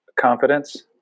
confidence